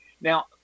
now